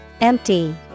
Empty